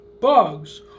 bugs